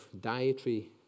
dietary